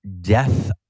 death